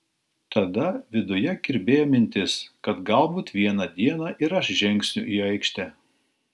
tada viduje kirbėjo mintis kad galbūt vieną dieną ir aš žengsiu į aikštę